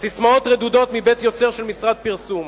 ססמאות רדודות מבית-יוצר של משרד פרסום.